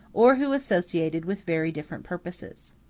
or who associated with very different purposes.